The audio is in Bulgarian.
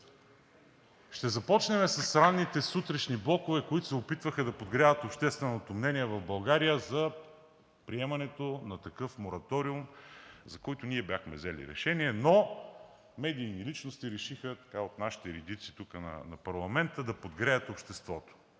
Ще започнем с ранните сутрешни блокове, които се опитваха да подгряват общественото мнение в България за приемането на такъв мораториум, за който ние бяхме взели решение, но медийни личности решиха така от нашите редици тук на парламента да подгреят обществото,